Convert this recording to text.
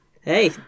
Hey